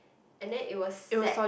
and then it will set